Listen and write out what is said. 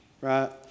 right